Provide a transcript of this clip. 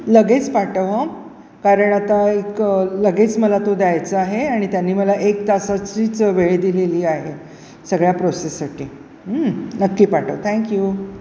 लगेच पाठव हं कारण आता एक लगेच मला तो द्यायचा आहे आणि त्यांनी मला एक तासाचीच वेळ दिलेली आहे सगळ्या प्रोसेससाठी नक्की पाठव थँक्यू